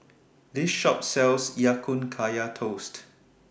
This Shop sells Ya Kun Kaya Toast